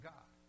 God